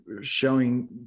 showing